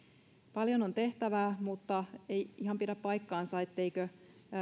paljon on tehtävää mutta ei ihan pidä paikkaansa etteikö